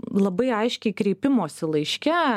labai aiškiai kreipimosi laiške